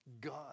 God